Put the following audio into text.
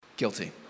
guilty